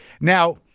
Now